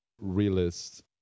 realist